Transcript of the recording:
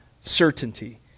certainty